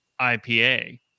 IPA